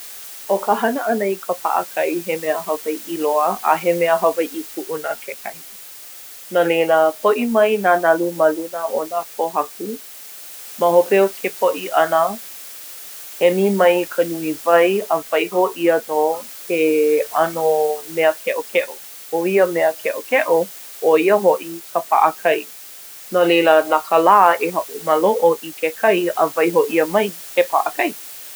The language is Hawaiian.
ʻO ka hana ʻana i ka paʻakai he mea Hawaiʻi loa, a he mea Hawaiʻi kuʻuna kekahi. No leila, poʻi mai nā nalu ma luna o nā pōhaku. Ma hope o ke poʻi ʻana, emi mai ka nui wai a waiho ʻia nō he ʻano mea keʻokeʻo. ʻO ia mea keʻokeʻo, ʻo ia hoʻi ka paʻakai. No leila, na ka lā e hoʻomaloʻo i ke kai a waiho ʻia mai he paʻakai.